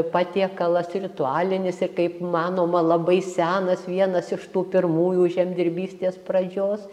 patiekalas ritualinis ir kaip manoma labai senas vienas iš tų pirmųjų žemdirbystės pradžios